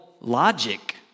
logic